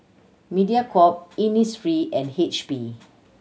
Mediacorp Innisfree and H P